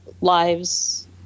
lives